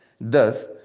Thus